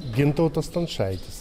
gintautas stančaitis